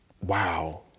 wow